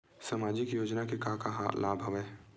सामाजिक योजना के का का लाभ हवय?